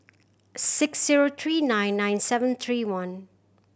six zero three nine nine seven three one